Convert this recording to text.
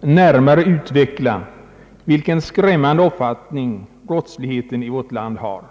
närmare utveckla vilken skrämmande omfattning brottsligheten i vårt land har.